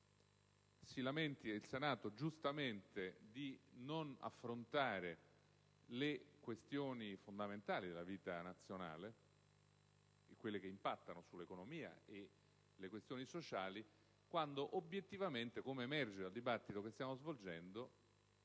si lamentino, giustamente, di non affrontare le questioni fondamentali della vita nazionale e quelle che impattano sull'economia e sulle questioni sociali, quando, obiettivamente, il dibattito che stiamo svolgendo